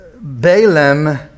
Balaam